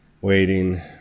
waiting